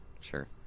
Sure